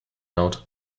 note